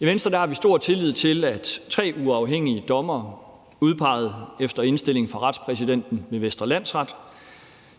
I Venstre har vi tillid til, at tre uafhængige dommere udpeget efter indstilling fra retspræsidenten ved Vestre Landsret